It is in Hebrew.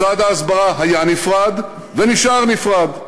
משרד ההסברה היה נפרד ונשאר נפרד.